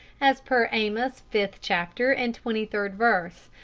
as per amos fifth chapter and twenty-third verse,